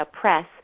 Press